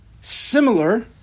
similar